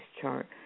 chart